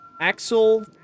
Axel